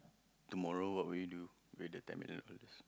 tomorrow what would you do with the ten million dollars